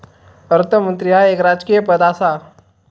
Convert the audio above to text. अर्थमंत्री ह्या एक राजकीय पद आसा